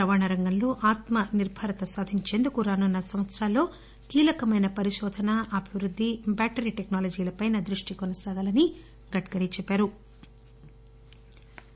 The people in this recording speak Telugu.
రవాణా రంగంలో ఆత్మ నిర్బర్ భారత సాధించేందుకు రానున్న సంవత్సరాల్లో కీలకమైన పరిశోధనఅభివృద్ది బ్యాటరీ టెక్నా లజీలపైనా దృష్టి కొనసాగాలని గడ్కరీ చెప్పారు